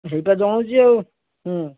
ସେଇଟା ତ ହେଉଛି ଆଉ